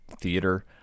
theater